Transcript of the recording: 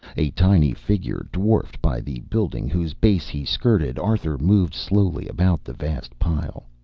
a tiny figure, dwarfed by the building whose base he skirted, arthur moved slowly about the vast pile.